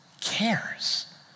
cares